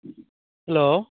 hello